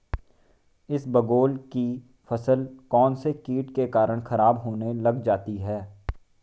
इसबगोल की फसल कौनसे कीट के कारण खराब होने लग जाती है?